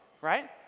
right